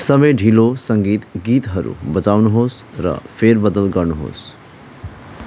सबै ढिलो सङ्गीत गीतहरू बजाउनुहोस् र फेरबदल गर्नुहोस्